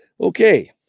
Okay